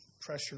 pressure